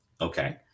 okay